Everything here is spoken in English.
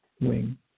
wing